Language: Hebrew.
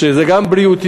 שזה גם בריאותי,